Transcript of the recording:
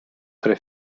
tre